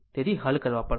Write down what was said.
તેથી હલ કરવા પડશે